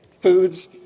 foods